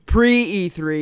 Pre-E3